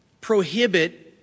prohibit